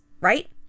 right